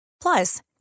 Plus